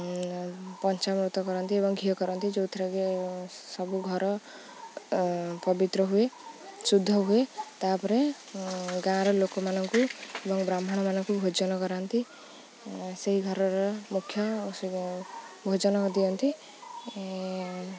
ପଞ୍ଚାମୃତ କରନ୍ତି ଏବଂ ଘିଅ କରନ୍ତି ଯେଉଁଥିରେ କି ସବୁ ଘର ପବିତ୍ର ହୁଏ ଶୁଦ୍ଧ ହୁଏ ତା'ପରେ ଗାଁର ଲୋକମାନଙ୍କୁ ଏବଂ ବ୍ରାହ୍ମଣ ମାନଙ୍କୁ ଭୋଜନ କରାନ୍ତି ସେହି ଘରର ମୁଖ୍ୟ ଭୋଜନ ଦିଅନ୍ତି